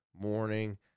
morning